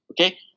okay